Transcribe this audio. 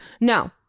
No